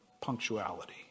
punctuality